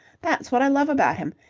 that's what i love about him.